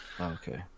Okay